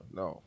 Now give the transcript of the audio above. no